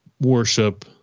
worship